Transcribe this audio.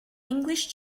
english